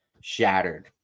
shattered